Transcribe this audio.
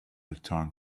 return